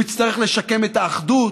הוא יצטרך לשקם את האחדות,